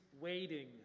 waiting